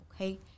okay